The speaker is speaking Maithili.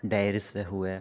डारि से हुए